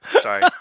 Sorry